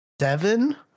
seven